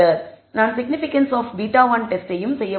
நான் significance of β1 டெஸ்ட்யையும் செய்ய முடியும்